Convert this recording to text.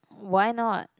why not